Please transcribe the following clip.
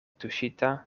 tuŝita